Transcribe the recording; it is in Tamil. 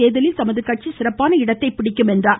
தேர்தலில் தமது கட்சி சிறப்பான இடத்தைப் பிடிக்கும் என்றார்